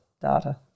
data